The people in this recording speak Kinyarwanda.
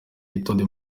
gitondo